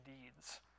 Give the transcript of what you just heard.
deeds